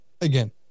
Again